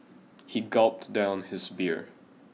he gulped down his beer